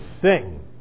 sing